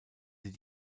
sie